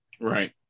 Right